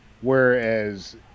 Whereas